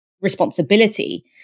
responsibility